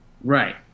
Right